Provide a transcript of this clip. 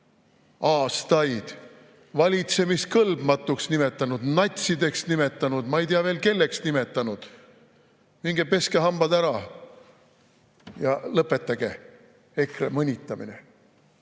aastaid, valitsemiskõlbmatuks nimetanud, natsideks nimetanud, ma ei tea veel, kelleks nimetanud. Minge peske hambad ära ja lõpetage EKRE mõnitamine.